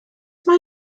mae